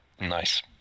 nice